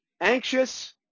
anxious